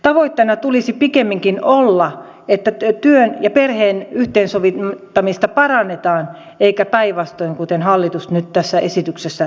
tavoitteena tulisi pikemminkin olla että työn ja perheen yhteensovittamista parannetaan eikä päinvastoin kuten hallitus nyt tässä esityksessä toteuttaa